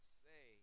say